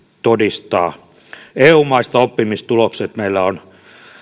todistaa oppimistulokset meillä on